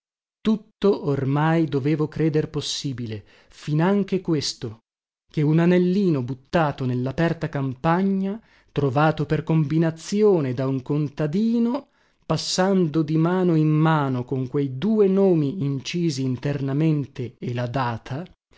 tutto ormai dovevo creder possibile finanche questo che un anellino buttato nellaperta campagna trovato per combinazione da un contadino passando di mano in mano con quei due nomi incisi internamente e la data